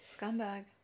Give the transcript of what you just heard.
Scumbag